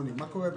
ומה קורה בנתניה?